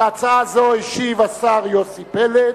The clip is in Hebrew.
על הצעה זו השיב השר יוסי פלד,